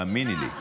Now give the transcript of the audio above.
האמיני לי,